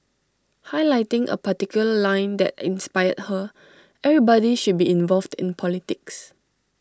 highlighting A particular line that inspired her everybody should be involved in politics